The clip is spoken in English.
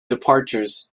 departures